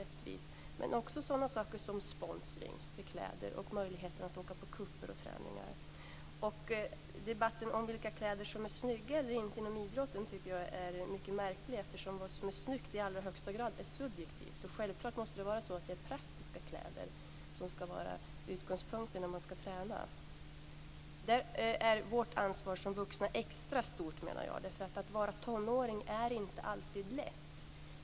Det handlar också om sådana saker som klädsponsring och möjligheten att åka på cuper och träningar. Debatten om vilka kläder som är snygga eller inte inom idrotten tycker jag är mycket märklig, eftersom vad som är snyggt i allra högsta grad är subjektivt. Självklart måste det vara praktiska kläder som är utgångspunkten när man skall träna. Här menar jag att vårt ansvar som vuxna är extra stort. Att vara tonåring är inte alltid lätt.